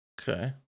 Okay